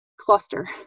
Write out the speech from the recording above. cluster